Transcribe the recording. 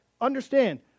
Understand